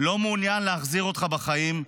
לא מעוניין להחזיר אותך בחיים,